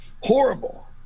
Horrible